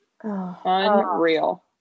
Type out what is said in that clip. Unreal